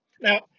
Now